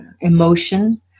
emotion